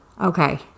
Okay